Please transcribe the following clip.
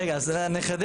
רגע, אז נחדד.